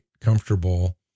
comfortable